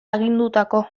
agindutako